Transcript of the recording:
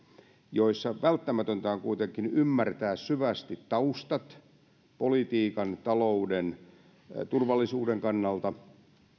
joissa välttämätöntä on kuitenkin ymmärtää syvästi taustat politiikan talouden ja turvallisuuden kannalta